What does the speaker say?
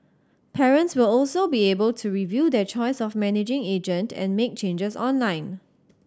parents will also be able to review their choice of managing agent and make changes online